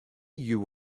you